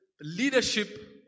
Leadership